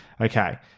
Okay